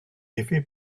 effets